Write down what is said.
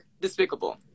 despicable